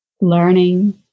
learning